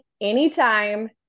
anytime